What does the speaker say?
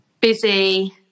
busy